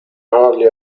hardly